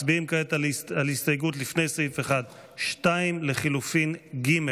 מצביעים כעת על הסתייגות 2 לחלופין ג',